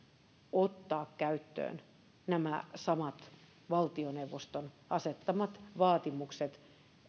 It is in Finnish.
ottaa käyttöön nämä samat valtioneuvoston julkiselle sektorille asettamat vaatimukset